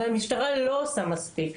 והמשטרה לא עושה מספיק.